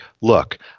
look